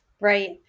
Right